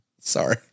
Sorry